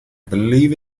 believe